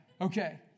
Okay